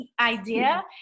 idea